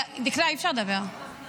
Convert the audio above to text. דקלה, אי-אפשר לדבר.